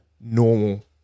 normal